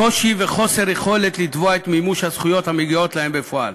קושי וחוסר יכולת לתבוע את מימוש הזכויות המגיעות להם בפועל.